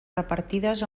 repartides